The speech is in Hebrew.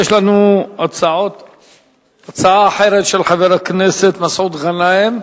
יש לנו הצעה אחרת של חבר הכנסת מסעוד גנאים.